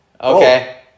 Okay